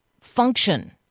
function